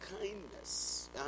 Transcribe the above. kindness